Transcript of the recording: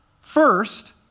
First